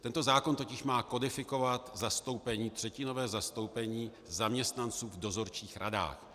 Tento zákon totiž má kodifikovat třetinové zastoupení zaměstnanců v dozorčích radách.